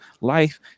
life